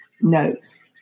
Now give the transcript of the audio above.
notes